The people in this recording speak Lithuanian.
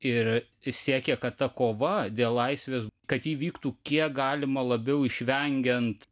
ir siekė kad ta kova dėl laisvės kad ji vyktų kiek galima labiau išvengiant